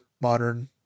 modern